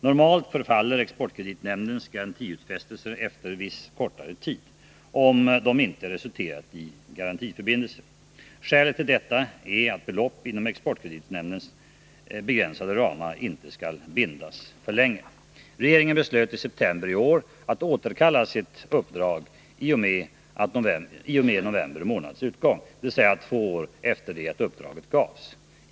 Normalt förfaller exportkreditnämndens garantiutfästelser efter en viss kortare tid om de inte resulterat i garantiförbindelser. Skälet till detta är att belopp inom exportkreditnämndens begränsade ramar inte skall bindas för länge. Regeringen beslöt i september i år att återkalla sitt uppdrag i och med november månads utgång, dvs. två år efter det att uppdraget gavs.